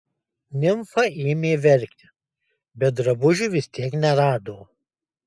nimfa ėmė verkti bet drabužių vis tiek nerado